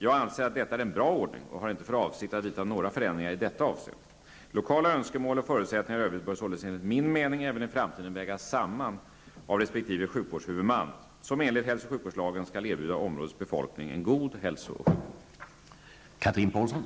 Jag anser att detta är en bra ordning och har inte för avsikt att vidta några förändringar i detta avseende. Lokala önskemål och förutsättningar i övrigt bör således enligt min mening även i framtiden vägas samman av resp. sjukvårdshuvudman som enligt hälso och sjukvårdslagen skall erbjuda områdets befolkning en god hälso och sjukvård.